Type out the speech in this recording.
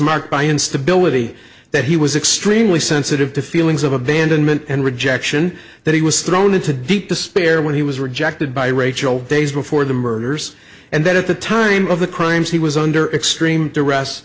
marked by instability that he was extremely sensitive to feelings of abandonment and rejection that he was thrown into deep despair when he was rejected by rachael days before the murders and that at the time of the crimes he was under extreme duress